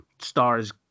stars